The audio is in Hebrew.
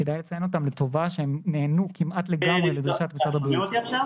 כדאי לציין אותם לטובה שהם נענו כמעט לגמרי לדרישות משרד הבריאות.